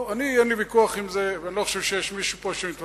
אין לי ויכוח עם זה ואני לא חושב שיש פה מישהו שמתווכח,